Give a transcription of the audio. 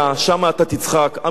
עם ישראל חזר לארצו.